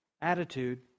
attitude